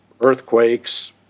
earthquakes